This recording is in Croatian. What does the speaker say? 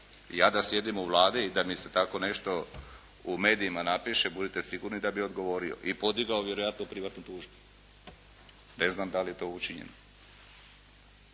Ja da sjedim u Vladi i da mi se tako nešto u medijima napiše, budite sigurni da bi odgovorio i podigao vjerojatno privatnu tužbu, ne znam da li je to učinjeno.